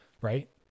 right